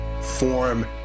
form